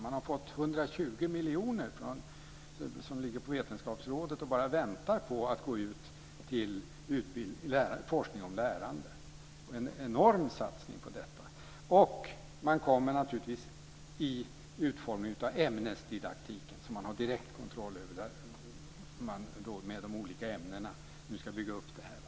Man har fått 120 miljoner som ligger på Vetenskapsrådet och bara väntar på att gå ut till forskning om lärande. Det är en enorm satsning. Man kommer naturligtvis också att utforma ämnesdidaktiken, som man har direktkontroll över. Där ska man nu med de olika ämnena bygga upp det här.